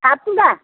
ଆଠଟା